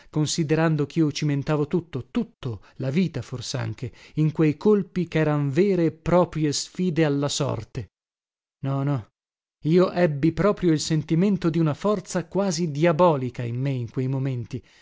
considerando chio cimentavo tutto tutto la vita forsanche in quei colpi cheran vere e proprie sfide alla sorte no no io ebbi proprio il sentimento di una forza quasi diabolica in me in quei momenti